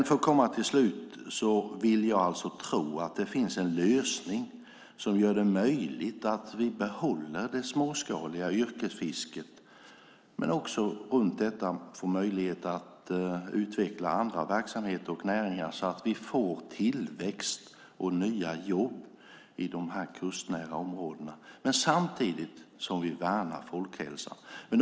För att komma till ett slut: Jag vill alltså tro att det finns en lösning som gör det möjligt för oss att behålla det småskaliga yrkesfisket och att runt detta utveckla andra verksamheter och näringar så att vi får tillväxt och nya jobb i de kustnära områdena - detta samtidigt som vi värnar folkhälsan.